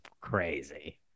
crazy